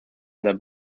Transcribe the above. that